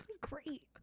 great